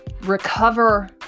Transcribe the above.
recover